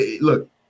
Look